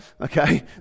Okay